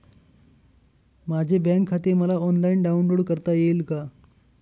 माझे बँक खाते मला ऑनलाईन डाउनलोड करता येईल का?